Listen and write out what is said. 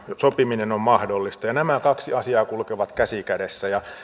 sopiminen on mahdollista nämä kaksi asiaa kulkevat käsi kädessä